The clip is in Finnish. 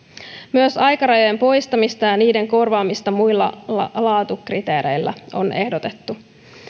myös aikarajojen poistamista ja ja niiden korvaamista muilla laatukriteereillä on ehdotettu